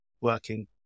working